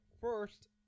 first